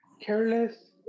careless